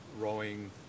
rowing